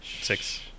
Six